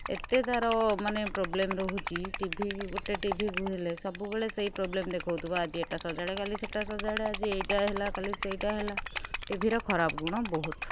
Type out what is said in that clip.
ଏତେ ତା'ର ମାନେ ପ୍ରୋବ୍ଲେମ୍ ରହୁଛି ଟିଭି ଗୋଟେ ଟିଭି ହେଲେ ସବୁବେଳେ ସେଇ ପ୍ରୋବ୍ଲେମ୍ ଦେଖଉଥିବ ଆଜି ଏଟା ସଜାଡ଼େ କାଲି ସେଟା ସଜାଡ଼େ ଆଜି ଏଇଟା ହେଲା କାଲି ସେଇଟା ହେଲା ଟିଭିର ଖରାପ ଗୁଣ ବହୁତ